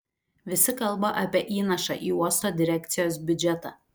visi kalba apie įnašą į uosto direkcijos biudžetą